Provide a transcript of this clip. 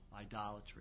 idolatry